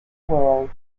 world